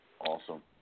Awesome